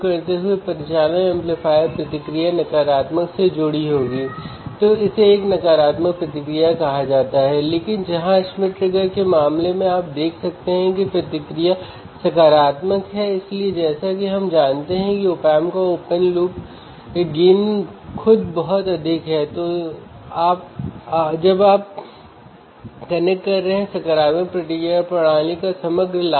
Wheatstone bridge का output buffer को दिया जाता है और फिर यह डिफ़्रेंसियल एम्पलीफायर से जुड़ा है है ना